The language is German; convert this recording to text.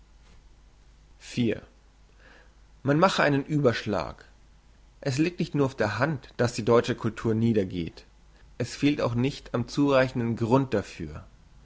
man mache einen überschlag es liegt nicht nur auf der hand dass die deutsche cultur niedergeht es fehlt auch nicht am zureichenden grund dafür